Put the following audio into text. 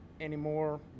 anymore